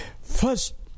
first